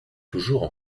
toujours